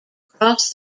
cross